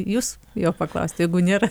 jūs jo paklausti jeigu nėra